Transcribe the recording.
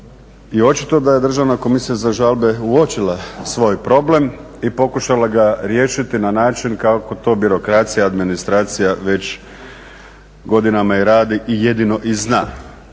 I očito da je Državna komisija za žalbe uočila svoj problem i pokušala ga riješiti na način kako to birokracija i administracija već godinama i radi i jedino i zna.